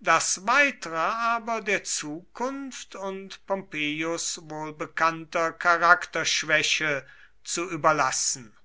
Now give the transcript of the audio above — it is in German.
das weitere aber der zukunft und pompeius wohlbekannter charakterschwäche zu überlassen